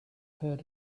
heard